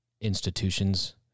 institutions